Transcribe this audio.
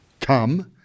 Come